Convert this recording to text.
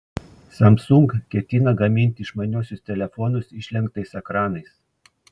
samsung ketina gaminti išmaniuosius telefonus išlenktais ekranais